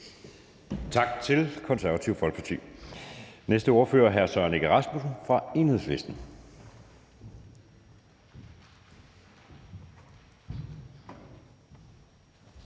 Tak til Det Konservative Folkeparti. Den næste ordfører er hr. Søren Egge Rasmussen fra Enhedslisten.